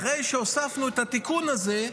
אחרי שהוספנו את התיקון הזה,